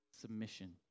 submission